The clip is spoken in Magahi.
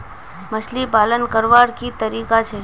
मछली पालन करवार की तरीका छे?